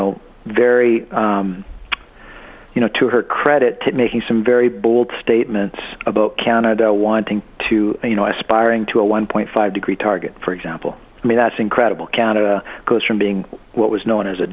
know very you know to her credit to making some very bold statements about canada wanting to you know aspiring to a one point five degree target for example i mean that's incredible counter goes from being what was known as a